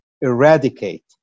eradicate